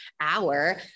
hour